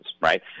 right